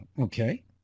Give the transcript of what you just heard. okay